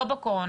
לא בקורונה,